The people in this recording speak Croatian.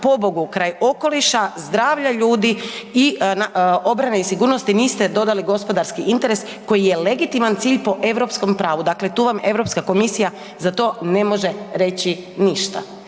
pobogu, kraj okoliša, zdravlja ljudi i obrane i sigurnosti niste dodali gospodarski interes koji je legitiman cilj po europskom pravu, dakle tu vam Europska komisija za to ne može reći ništa.